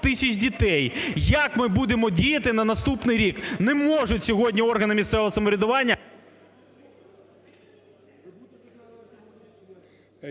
тисяч дітей, - як ми будемо діяти на наступний рік. Не можуть сьогодні органи місцевого самоврядування…